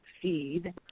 feed